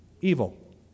evil